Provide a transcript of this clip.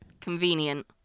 convenient